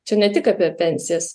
čia ne tik apie pensijas